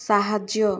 ସାହାଯ୍ୟ